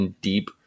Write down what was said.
deep